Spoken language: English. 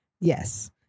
Yes